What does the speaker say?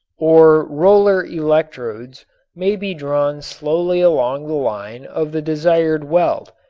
or roller electrodes may be drawn slowly along the line of the desired weld,